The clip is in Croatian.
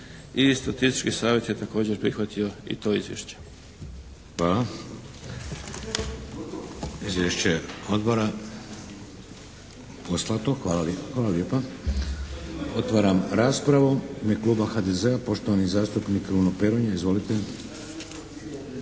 I Statistički savjet je također prihvatio i to izvješće.